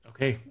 Okay